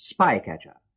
Spycatcher